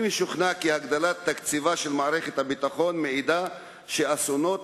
אני משוכנע כי הגדלת תקציבה של מערכת הביטחון מעידה שאסונות